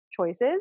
choices